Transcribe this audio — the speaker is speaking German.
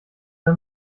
der